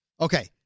Okay